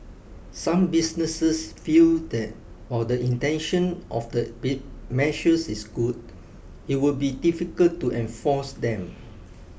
some businesses feel that while the intention of the measures is good it would be difficult to enforce them